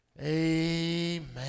Amen